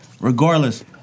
regardless